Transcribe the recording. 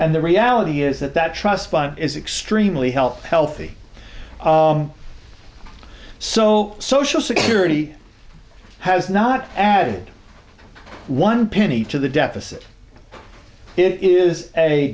and the reality is that that trust fund is extremely healthy healthy so social security has not added one penny to the deficit it is a